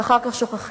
ואחר כך שוכחים.